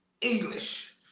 English